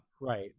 Right